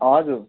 हजुर